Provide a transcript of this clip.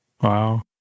Wow